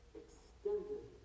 extended